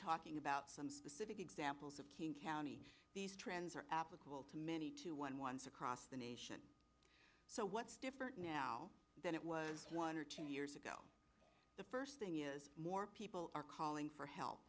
talking about some specific examples of king county these trends are applicable to many to one once across the nation so what's different now than it was one or two years ago the first thing is more people are calling for help